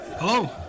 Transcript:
Hello